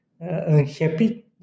unhappy